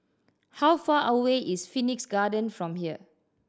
how far away is Phoenix Garden from here